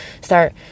start